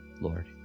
Lord